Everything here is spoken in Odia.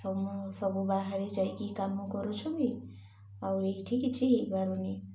ସମ ସବୁ ବାହାରେ ଯାଇକି କାମ କରୁଛନ୍ତି ଆଉ ଏଇଠି କିଛି ହୋଇପାରୁନି